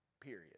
Period